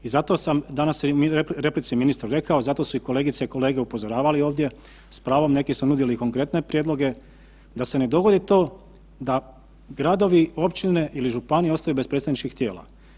I zato sam danas u replici ministru rekao, zato su i kolegice i kolege upozoravali ovdje, s pravom neki su nudili i konkretne prijedloge da se ne dogodi to da gradovi, općine ili županije ostaju bez predstavničkih tijela.